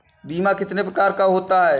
बीमा कितने प्रकार का होता है?